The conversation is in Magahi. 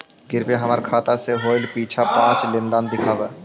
कृपा हमर खाता से होईल पिछला पाँच लेनदेन दिखाव